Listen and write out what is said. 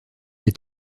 est